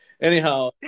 Anyhow